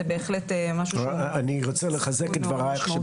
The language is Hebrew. זה בהחלט משהו שהוא --- אני רוצה לחזק את דברייך,